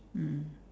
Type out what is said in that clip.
mm